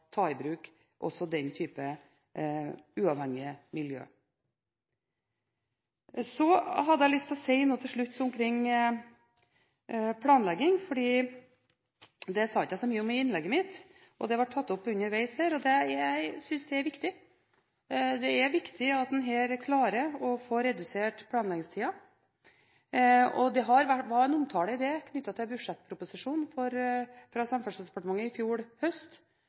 ta i bruk også den type uavhengige miljøer. Så har jeg lyst til å si noe til slutt omkring planlegging. Det sa jeg ikke så mye om i innlegget mitt, men det ble tatt opp underveis her. Jeg synes det er viktig. Det er viktig at en her klarer å få redusert planleggingstiden. Det var en omtale av det knyttet til budsjettproposisjonen fra Samferdselsdepartementet i fjor høst,